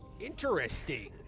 Interesting